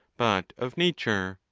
but of nature.